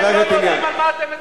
אתם לא יודעים על מה אתם מדברים.